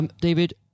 David